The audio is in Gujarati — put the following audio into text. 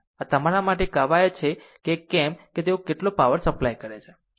આ તમારા માટે એક કવાયત છે કે કેમ કે તેઓ કેટલો પાવર સપ્લાય કરે છે બરાબર